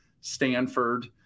Stanford